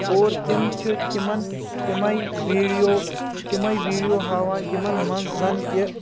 اور تِم چھ تِمن تِمے ویٖڈیو تِمے ویٖڈیو ہاوان یِمن منٛز زن کہ کأشُر